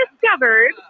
discovered